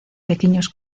pequeños